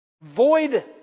void